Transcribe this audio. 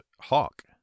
Hawk